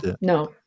no